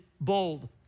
bold